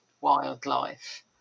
wildlife